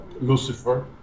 Lucifer